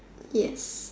yes